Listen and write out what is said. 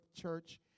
Church